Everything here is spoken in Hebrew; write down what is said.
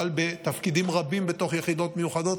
אבל בתפקידים רבים בתוך יחידות מיוחדות.